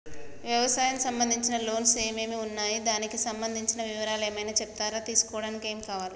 వ్యవసాయం సంబంధించిన లోన్స్ ఏమేమి ఉన్నాయి దానికి సంబంధించిన వివరాలు ఏమైనా చెప్తారా తీసుకోవడానికి ఏమేం కావాలి?